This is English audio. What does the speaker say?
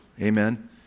Amen